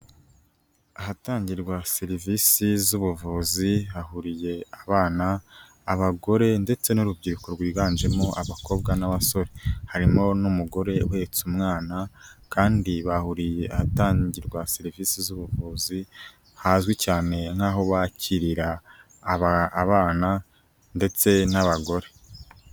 Ahatangirwa serivisi z'ubuvuzi hahuriye abana, abagore ndetse n'urubyiruko rwiganjemo abakobwa n'abasore, harimo n'umugore uhetse umwana kandi bahuriye ahatangirwa serivisi z'ubuvuzi hazwi cyane nk'aho bakirira abana ndetse n'abagore.